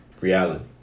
reality